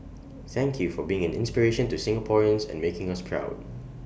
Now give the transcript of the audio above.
thank you for being an inspiration to Singaporeans and making us proud